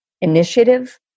initiative